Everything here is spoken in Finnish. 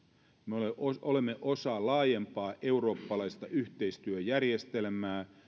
me olemme osa olemme osa laajempaa eurooppalaista yhteistyöjärjestelmää